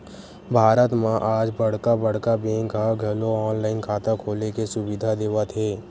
भारत म आज बड़का बड़का बेंक ह घलो ऑनलाईन खाता खोले के सुबिधा देवत हे